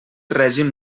règim